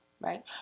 right